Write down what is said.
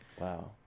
Wow